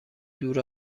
دور